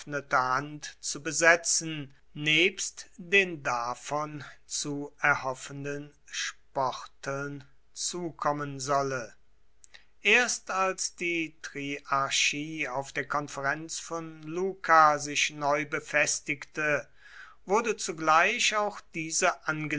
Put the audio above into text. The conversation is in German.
zu besetzen nebst den davon zu erhoffenden sporteln zukommen solle erst als die triarchie auf der konferenz von luca sich neu befestigte wurde zugleich auch diese